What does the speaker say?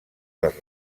les